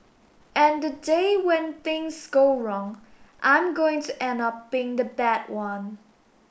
and the day when things go wrong I'm going to end up being the bad one